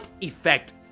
effect